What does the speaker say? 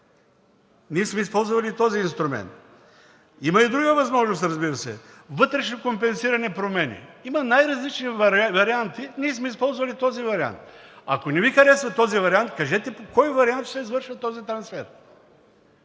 ние сме използвали този инструмент. Има и друга възможност, разбира се, вътрешнокомпенсирани промени. Има най-различни варианти – ние сме използвали този вариант. Ако не Ви харесва този вариант, кажете по кой вариант ще се извършва този трансфер?